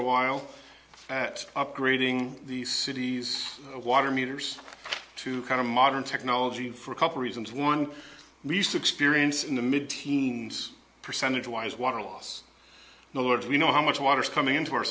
a while at upgrading the city's water meters to kind of modern technology for a couple reasons one we used to experience in the mid teens percentage wise water loss nor do we know how much water is coming into our